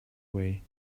away